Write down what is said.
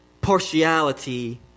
partiality